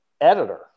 editor